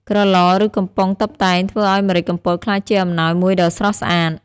ក្រឡ ឬកំប៉ុងតុបតែងធ្វើឱ្យម្រេចកំពតក្លាយជាអំណោយមួយដ៏ស្រស់ស្អាត។